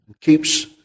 keeps